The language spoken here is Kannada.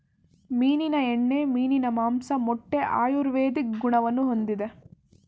ಮೀನಿನ ಎಣ್ಣೆ, ಮೀನಿನ ಮಾಂಸ, ಮೊಟ್ಟೆ ಆಯುರ್ವೇದಿಕ್ ಗುಣವನ್ನು ಹೊಂದಿದೆ